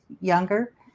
younger